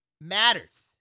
matters